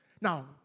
Now